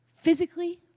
Physically